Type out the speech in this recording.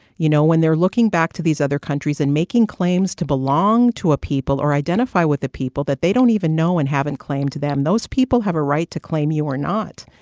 you know, when they're looking back to these other countries and making claims to belong to a people or identify with a people that they don't even know and haven't claimed them, those people have a right to claim you or not.